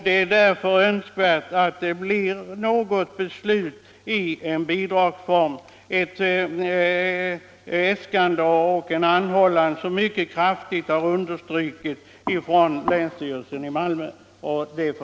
Det är därför nödvändigt med någon form av bidrag, en anhållan som kraftigt understrukits av länsstyrelsen i Malmö.